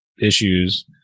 issues